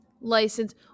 license